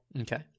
Okay